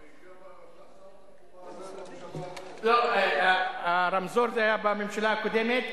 הוא גם שר התחבורה בממשלה הזאת.